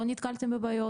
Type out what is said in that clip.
לא נתקלתם בבעיות?